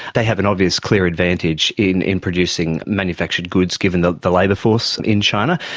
they have an obvious clear advantage in in producing manufactured goods given the the labour force in china.